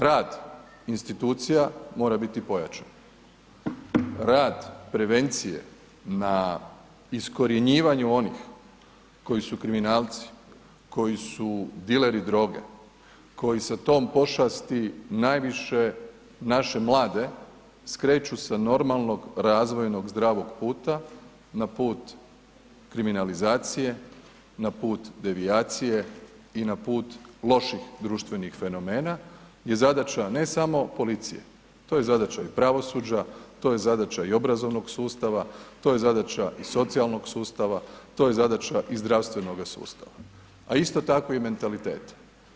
Rad institucija mora biti pojačan, rad prevencije na iskorjenjivanju onih koji su kriminalci, koji su dileri droge, koji sa tom pošasti najviše naše mlade skreću sa normalnog razvojnog zdravog puta na put kriminalizacije, na put devijacije i na put loših društvenih fenomena je zadaća ne samo policije, to je zadaća i pravosuđa, to je zadaća i obrazovnog sustava, to je zadaća i socijalnog sustava, to je zadaća i zdravstvenoga sustava, a isto tako i mentaliteta.